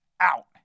out